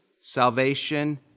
salvation